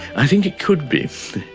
i think it could be.